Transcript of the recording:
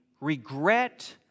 regret